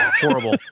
horrible